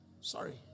Sorry